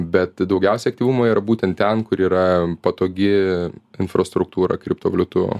bet daugiausiai aktyvumo yra būtent ten kur yra patogi infrastruktūra kriptovaliutų